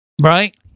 Right